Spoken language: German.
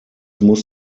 muss